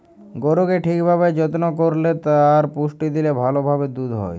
গরুকে ঠিক ভাবে যত্ন করল্যে আর পুষ্টি দিলে ভাল ভাবে দুধ হ্যয়